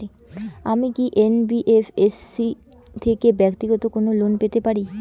আমি কি এন.বি.এফ.এস.সি থেকে ব্যাক্তিগত কোনো লোন পেতে পারি?